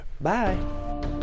Bye